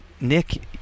Nick